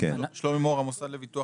שלומי מור, המוסד לביטוח